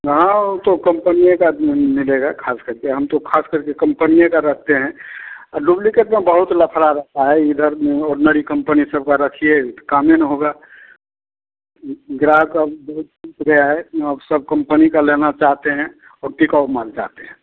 हाँ ऊ तो कंपनीए का मिलेगा खास करके हम तो खास करके कंपनीए का रखते हैं डुबलिकेट न बहुत लफड़ा रहता है इधर ऑर्डनरी कंपनी सब का रखिए तो कामे न होगा ग्राहक अब बहुत गया है अब सब कंपनी के लेना चाहते है और टिकाऊ माल चाहते हैं